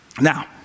Now